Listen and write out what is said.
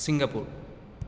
Singapore